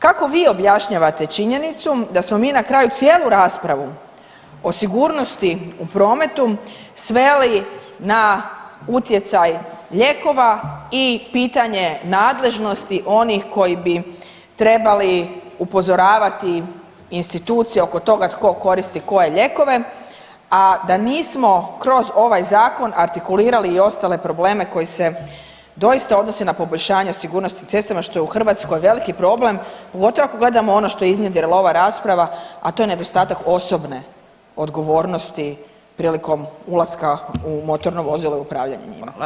Kako bi objašnjavate činjenicu da smo mi na kraju cijelu raspravu o sigurnosti u prometu sveli na utjecaj lijekova i pitanje nadležnosti onih koji bi trebali upozoravati institucije oko toga tko koristi koje lijekove, a da nismo kroz ovaj zakon artikulira i ostale probleme koji se doista odnose na poboljšanje sigurnosti na cestama što je u Hrvatskoj veliki problem, pogotovo ako gledamo ono što je iznjedrila ova rasprava, a to je nedostatak osobne odgovornosti prilikom ulaska u motorno vozilo i upravljanje njima.